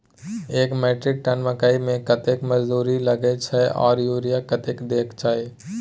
एक metric ton मकई में कतेक मजदूरी लगे छै आर यूरिया कतेक देके छै?